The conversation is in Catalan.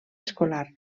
escolar